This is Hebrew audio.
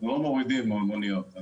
אנחנו לא מורידים מוניות.